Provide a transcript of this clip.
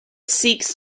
seeks